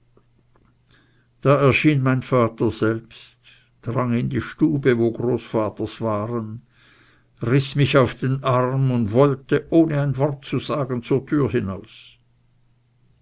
da erschien mein vater selbst drang in die stube wo großvaters waren riß mich auf den arm und wollte ohne ein wort zu sagen zur türe hinaus